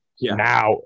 now